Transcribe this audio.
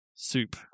soup